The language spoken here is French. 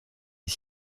est